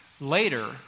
Later